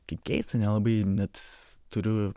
kaip keista nelabai net turiu